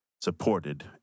supported